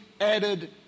added